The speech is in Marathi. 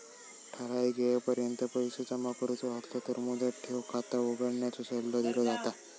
ठराइक येळेपर्यंत पैसो जमा करुचो असलो तर मुदत ठेव खाता उघडण्याचो सल्लो दिलो जाता